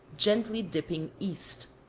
gently dipping east.